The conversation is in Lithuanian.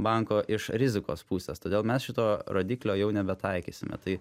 banko iš rizikos pusės todėl mes šito rodiklio jau nebetaikysime tai